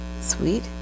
Sweet